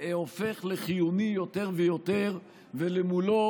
הופך לחיוני יותר ויותר, ומולו